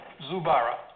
Zubara